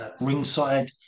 ringside